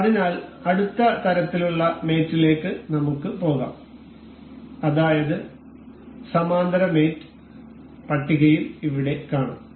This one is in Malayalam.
അതിനാൽ അടുത്ത തരത്തിലുള്ള മേറ്റ് ലേക്ക് നമുക്ക് പോകാം അതായത് സമാന്തര മേറ്റ് പട്ടികയിൽ ഇവിടെ കാണും